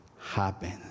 happen